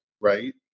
right